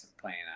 playing